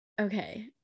Okay